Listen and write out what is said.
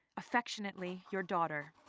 affectionately, your daughter,